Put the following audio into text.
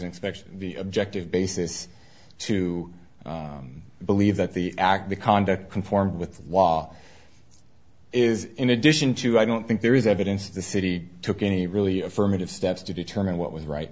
inspection the objective basis to believe that the act the conduct conform with the law is in addition to i don't think there is evidence the city took any really affirmative steps to determine what was right